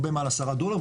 הרבה מעל 10 דולר,